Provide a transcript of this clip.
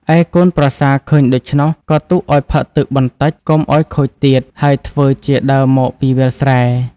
ឯកូនប្រសាឃើញដូច្នោះ ក៏ទុកឱ្យផឹកទឹកបន្តិចកុំឱ្យខូចទៀត ហើយធ្វើជាដើរមកពីវាលស្រែ។